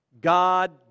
God